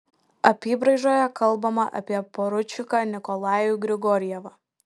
apybraižoje kalbama apie poručiką nikolajų grigorjevą